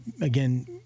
again